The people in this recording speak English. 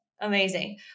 Amazing